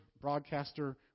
broadcaster